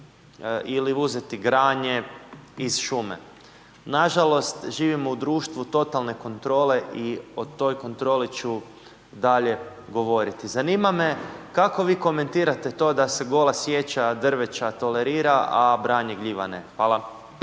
ili uzeti granje iz šume. Nažalost živimo u društvu totalne kontrole i o toj kontroli ću dalje govoriti. Zanima me kako vi komentirate to da se gola sječa drveća tolerira a branje gljiva ne? Hvala.